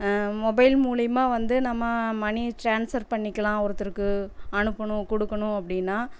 mobile மூலயமா வந்து நம்ம மணி டிராஸ்ஃபர் பண்ணிக்கலாம் ஒருத்தருக்கு அனுப்பணும் கொடுக்கணும் அப்படின்னா